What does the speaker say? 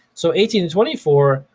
so eighteen to twenty four,